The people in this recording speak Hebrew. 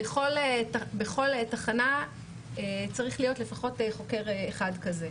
בכל תחנה צריך להיות לפחות חוקר אחד כזה.